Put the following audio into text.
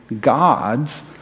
gods